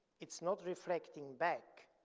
it's not reflecting back.